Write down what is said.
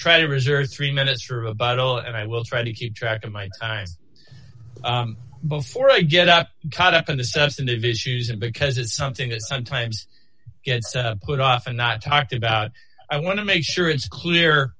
try to reserve three minutes for a bottle and i will try to keep track of my time before i get up caught up on the substantive issues and because it's something that sometimes gets put off and not talked about i want to make sure it's clear